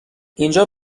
اینجا